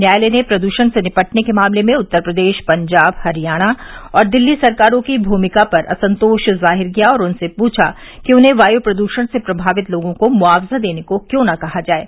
न्यायालय ने प्रदृषण से निपटने के मामले में उत्तर प्रदेश पंजाब हरियाणा और दिल्ली सरकारों की भूमिका पर असंतोष जाहिर किया और उनसे पूछा कि उन्हें वायु प्रदूषण से प्रमावित लोगों को मुआवजा देने को क्यों न कहा जाये